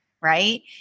Right